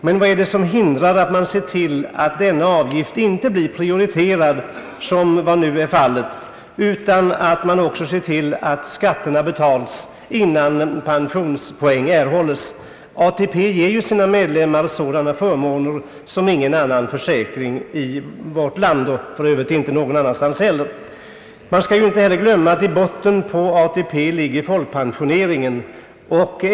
Men vad är det som hindrar att denna avgift blir prioriterad, såsom nu är fallet, utan att skatterna betalas innan pensionspoäng erhålles? ATP ger ju sina medlemmar sådana förmåner som ingen annan försäkring i vårt land och för övrigt inte någon annanstans heiler. Man skall inte glömma bort att i botten på ATP ligger folkpensioneringen.